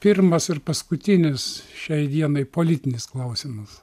pirmas ir paskutinis šiai dienai politinis klausimas